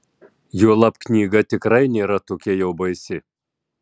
juolab knyga tikrai nėra tokia jau baisi